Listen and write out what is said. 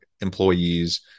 employees